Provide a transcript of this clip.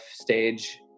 stage